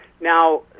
now